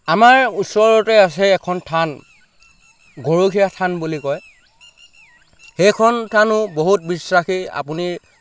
আমাৰ ওচৰতে আছে এখন থান গৰখীয়া থান বুলি কয় সেইখন থানো বহুত বিশ্বাসী আপুনি